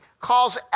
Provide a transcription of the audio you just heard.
calls